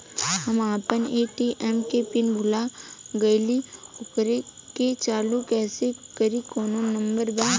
हम अपना ए.टी.एम के पिन भूला गईली ओकरा के चालू कइसे करी कौनो नंबर बा?